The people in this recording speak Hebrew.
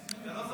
לא.